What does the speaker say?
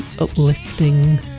uplifting